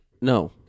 No